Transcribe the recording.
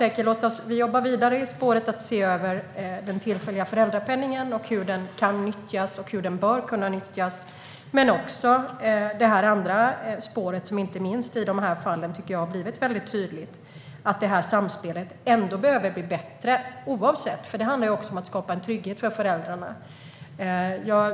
Vi jobbar vidare med spåret att se över den tillfälliga föräldrapenningen, hur den kan nyttjas och hur den bör kunna nyttjas. Men vi jobbar också vidare med det andra spåret som har blivit tydligt, inte minst i de här fallen, nämligen att samspelet behöver bli bättre - oavsett. Det handlar också om att skapa en trygghet för föräldrarna.